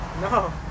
No